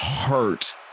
hurt